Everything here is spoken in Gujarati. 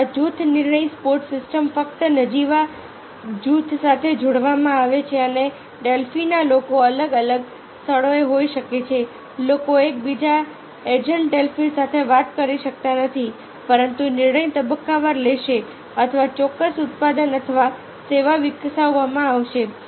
અથવા જૂથ નિર્ણય સપોર્ટ સિસ્ટમ ફક્ત નજીવા જૂથ સાથે જોડવામાં આવે છે અને ડેલ્ફીના લોકો અલગ અલગ સ્થળોએ હોઈ શકે છે લોકો એક બીજા એજન્ટ ડેલ્ફી સાથે વાત કરી શકતા નથી પરંતુ નિર્ણય તબક્કાવાર લેશે અથવા ચોક્કસ ઉત્પાદન અથવા સેવા વિકસાવવામાં આવશે